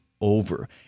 over